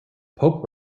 pope